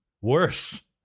Worse